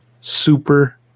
Super